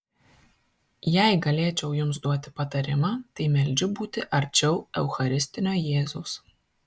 jei galėčiau jums duoti patarimą tai meldžiu būti arčiau eucharistinio jėzaus